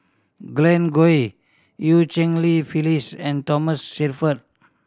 Glen Goei Eu Cheng Li Phyllis and Thomas Shelford